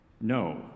No